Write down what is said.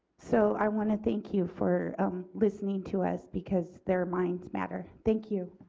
so i want to thank you for listening to us because their minds matter. thank you.